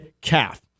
calf